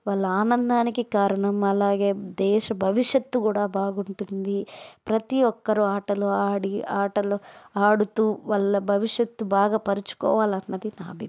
వాళ్ళ ఆనందానికి కూడా కారణం అలాగే దేశ భవిష్యత్తు కూడా బాగుంటుంది ప్రతి ఒక్కరు ఆటలు ఆడి ఆటలు ఆడుతూ వాళ్ళ భవిష్యత్తు బాగు పరుచుకోవాలన్నది నా అభిప్రాయం